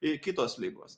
ir kitos ligos